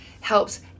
helps